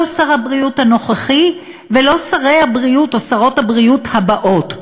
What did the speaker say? לא שר הבריאות הנוכחי ולא שרי הבריאות או שרות הבריאות הבאות.